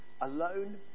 alone